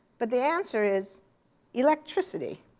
but the answer is electricity.